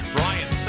Brian